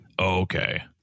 Okay